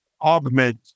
augment